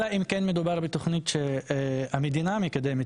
אלא אם כן מדובר בתוכנית שהמדינה מקדמת